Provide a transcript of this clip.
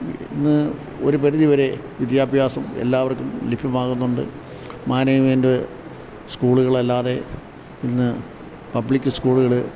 ഇന്ന് ഒരു പരിധി വരെ വിദ്യാഭ്യാസം എല്ലാവർക്കും ലഭ്യമാകുന്നുണ്ട് മാനേജ്മെൻറ്റ് സ്കൂളുകൾ അല്ലാതെ ഇന്ന് പബ്ലിക് സ്കൂളുകൾ